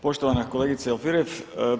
Poštovana kolegice Alfirev.